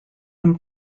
him